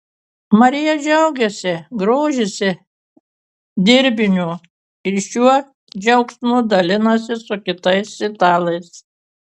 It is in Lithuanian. marija džiaugiasi grožisi dirbiniu ir šiuo džiaugsmu dalinasi su kitais italais